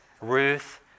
Ruth